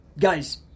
Guys